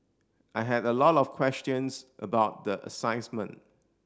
I had a lot of questions about the